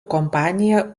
kompanija